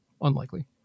unlikely